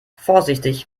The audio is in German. vorsichtig